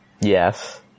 Yes